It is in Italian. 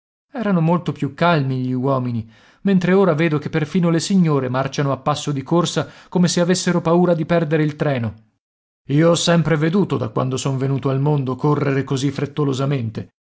erano molto più calmi gli uomini mentre ora vedo che perfino le signore marciano a passo di corsa come se avessero paura di perdere il treno io ho sempre veduto da quando son venuto al mondo correre così frettolosamente